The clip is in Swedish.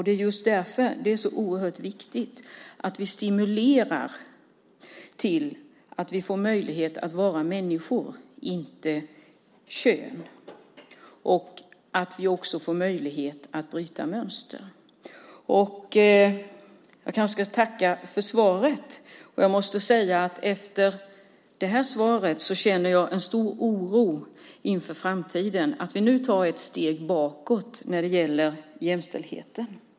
Det är just därför det är så oerhört viktigt att vi stimulerar till att vi får möjlighet att vara människor, inte kön, och att vi får möjlighet att bryta mönster. Jag kanske ska tacka för svaret. Jag måste säga att efter det här svaret känner jag en stor oro inför framtiden, en oro för att vi nu tar ett steg bakåt när det gäller jämställdheten.